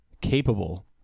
capable